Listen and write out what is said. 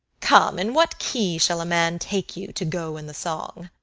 come, in what key shall a man take you, to go in the song?